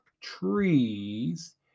Trees